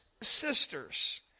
sisters